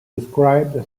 described